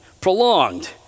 prolonged